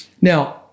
Now